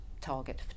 target